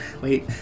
wait